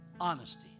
honesty